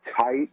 tight